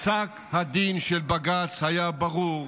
פסק הדין של בג"ץ היה ברור,